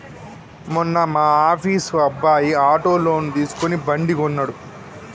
మొన్న మా ఆఫీస్ అబ్బాయి ఆటో లోన్ తీసుకుని బండి కొన్నడు